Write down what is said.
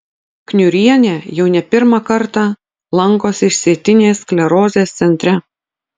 kniurienė jau ne pirmą kartą lankosi išsėtinės sklerozės centre